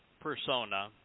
persona